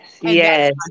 Yes